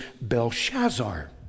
Belshazzar